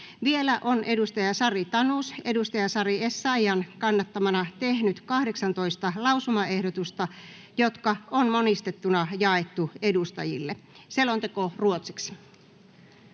Vielä on Sari Tanus Sari Essayahin kannattamana tehnyt 18 lausumaehdotusta, jotka on monistettuna jaettu edustajille. (Pöytäkirjan